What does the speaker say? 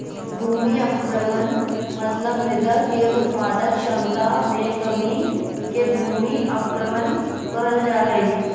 भूमि अवक्रमण मतलब मृदा के उत्पादक क्षमता मे कमी के भूमि अवक्रमण कहल जा हई